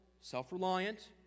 self-reliant